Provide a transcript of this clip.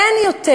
אין יותר: